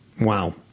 Wow